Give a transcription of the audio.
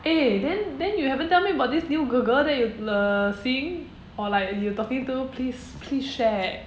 eh then then you haven't tell me about this new girl girl that you uh seeing or like you talking to please please share